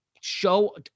show